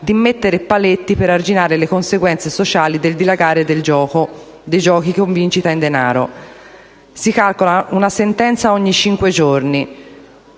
di mettere paletti per arginare le conseguenze sociali del dilagare dei giochi con vincita in denaro. Si calcola una sentenza ogni cinque giorni.